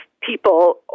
people